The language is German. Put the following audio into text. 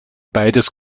beides